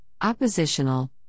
oppositional